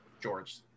George